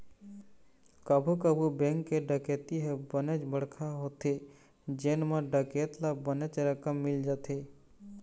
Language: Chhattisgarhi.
कभू कभू बेंक के डकैती ह बनेच बड़का होथे जेन म डकैत ल बनेच रकम मिल जाथे